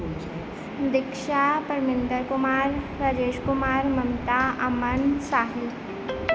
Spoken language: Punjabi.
ਦੀਕਸ਼ਾ ਪਰਮਿੰਦਰ ਕੁਮਾਰ ਰਾਜੇਸ਼ ਕੁਮਾਰ ਮਮਤਾ ਅਮਨ ਸਾਹਿਲ